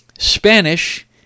Spanish